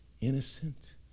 innocent